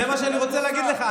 זה מה שאני רוצה להגיד לך.